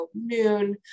noon